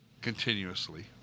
Continuously